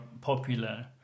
popular